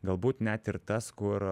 galbūt net ir tas kur